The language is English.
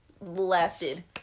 lasted